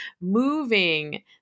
moving